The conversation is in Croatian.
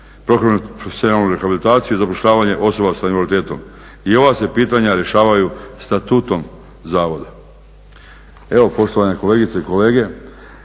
profesionalnu rehabilitaciju i zapošljavanje osoba sa invaliditetom. I ova se pitanja rješavaju statutom zavoda. Evo, poštovane kolegice i kolege